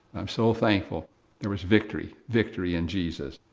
i'm so thankful there was victory, victory in jesus.